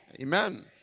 Amen